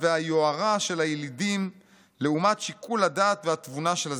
והיוהרה של הילדים לעומת שיקול הדעת והתבונה של הזקנים.